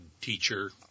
teacher